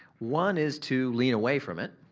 one is to lean away from it,